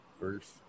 first